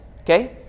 okay